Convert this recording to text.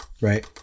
right